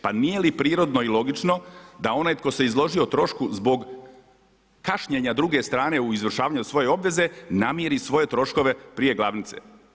Pa nije li prirodno i logično da onaj koji se izložio trošku zbog kašnjenja druge strane u izvršavanju svoje obveze namiri svoje troškove prije glavnice.